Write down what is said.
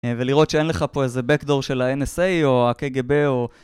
ולראות שאין לך פה איזה Backdoor של ה-NSA או ה-KGB או...